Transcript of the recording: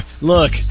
Look